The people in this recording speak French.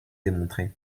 démontré